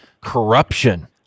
corruption